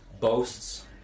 Boasts